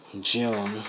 June